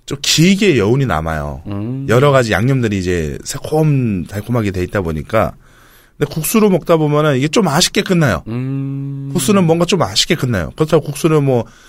좀 길게 여운이 남아요. 음. 여러 가지 양념들이 이제 새콤달콤하게 돼 있다 보니까. 근데 국수로 먹다 보면은 이게 좀 아쉽게 끝나요. 음. 국수는 뭔가 좀 아쉽게 끝나요. 그렇다고 국수는 뭐